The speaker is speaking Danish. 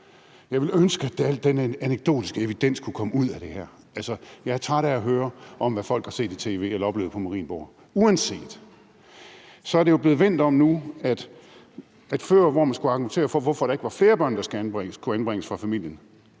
Jeg ville ønske, at den anekdotiske evidens kunne komme ud af det her. Jeg er træt af at høre om, hvad folk har set i tv eller oplevet på Marienborg. Uanset det er det jo blevet vendt om nu: Hvor man før skulle argumentere for, hvorfor der ikke var flere børn fra familien,